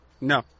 No